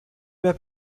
mehr